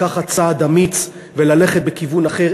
לקחת צעד אמיץ וללכת בכיוון אחר,